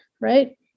right